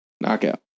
Knockout